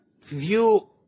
view